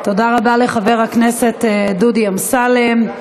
תודה רבה לחבר הכנסת דודי אמסלם.